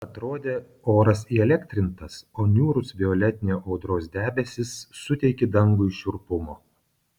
atrodė oras įelektrintas o niūrūs violetiniai audros debesys suteikė dangui šiurpumo